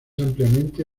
ampliamente